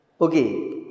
Okay